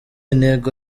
intego